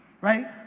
right